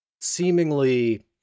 seemingly